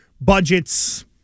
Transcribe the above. budgets